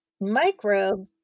microbe